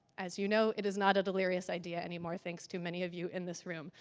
as you know it is not a delirious idea anymore, thanks too many of you in this room.